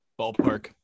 Ballpark